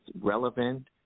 relevant